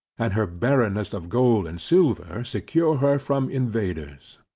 and her barrenness of gold and silver secure her from invaders.